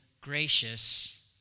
gracious